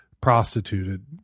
prostituted